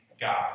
God